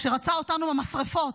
שרצה אותנו במשרפות.